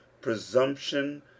presumption